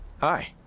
Hi